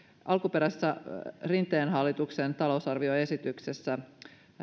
alkuperäisessä rinteen hallituksen talousarvioesityksessä